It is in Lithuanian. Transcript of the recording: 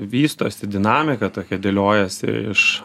vystosi dinamika tokia dėliojasi iš